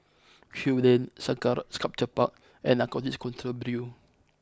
Kew Lane Sengkang Sculpture Park and Narcotics Control Bureau